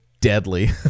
deadly